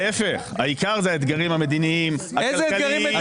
להיפך, העיקר זה האתגרים המדיניים, הכלכליים.